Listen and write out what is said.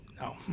No